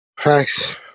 Thanks